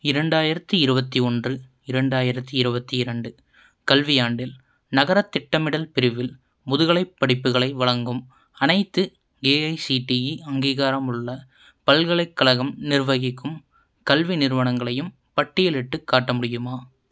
இரண்டாயிரத்தி இருபத்தி ஒன்று இரண்டாயிரத்தி இருபத்தி இரண்டு கல்வியாண்டில் நகரத் திட்டமிடல் பிரிவில் முதுகலைப் படிப்புகளை வழங்கும் அனைத்து ஏஐசிடிஇ அங்கீகாரமுள்ள பல்கலைக்கழகம் நிர்வகிக்கும் கல்வி நிறுவனங்களையும் பட்டியலிட்டுக் காட்ட முடியுமா